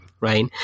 Right